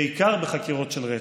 בעיקר בחקירות של רצח,